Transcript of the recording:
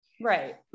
Right